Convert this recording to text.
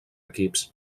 equips